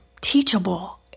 teachable